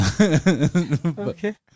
Okay